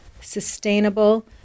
sustainable